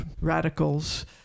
radicals